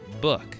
book